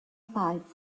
pipe